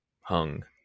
hung